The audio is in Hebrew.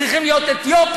צריכים להיות אתיופים,